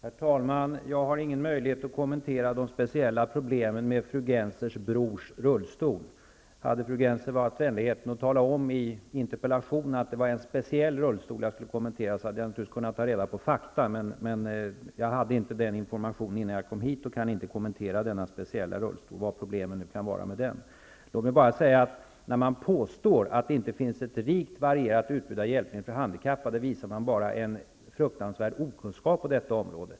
Herr talman! Jag har ingen möjlighet att kommentera de speciella problemen med fru Gennsers brors rullstol. Hade fru Gennser haft vänligheten att i interpellationen tala om att det var en speciell rullstol jag skulle kommentera, så hade jag naturligtvis kunnat ta reda på fakta. Men jag hade inte den informationen innan jag kom hit, och jag kan inte kommentera denna speciella rullstol -- vilka problem det nu kan vara med den. Låt mig bara säga att när man påstår att det inte finns ett rikt varierat utbud av hjälpmedel för handikappade visar man bara en fruktansvärd okunskap på detta område.